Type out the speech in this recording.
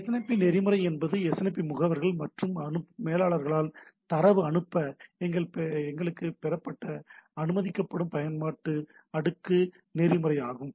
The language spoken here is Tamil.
எஸ்என்எம்பி நெறிமுறை என்பது எஸ்என்எம்பி முகவர்கள் மற்றும் மேலாளரால் தரவு அனுப்ப மற்றும் பெற அனுப்பப்படும் பயன்பாட்டு அடுக்கு நெறிமுறை ஆகும்